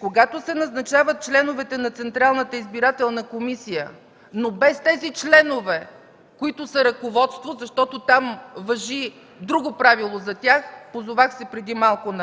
когато се назначават членовете на Централната избирателна комисия, но без членовете от ръководството, защото за тях важи друго правило – позовах се на него преди малко,